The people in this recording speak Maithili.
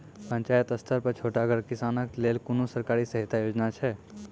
पंचायत स्तर पर छोटगर किसानक लेल कुनू सरकारी सहायता योजना छै?